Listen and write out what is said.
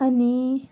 आनी